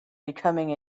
becoming